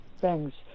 Thanks